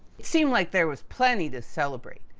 seemed like there was plenty to celebrate.